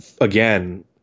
again